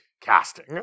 casting